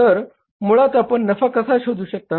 तर मुळात आपण नफा कसा शोधू शकता